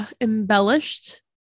embellished